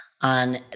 On